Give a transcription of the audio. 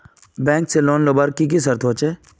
Bank से loan लुबार की की शर्त होचए?